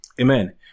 amen